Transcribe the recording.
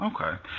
Okay